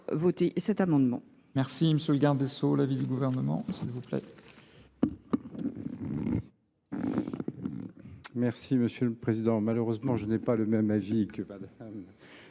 sur cet amendement.